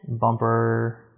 Bumper